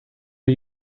are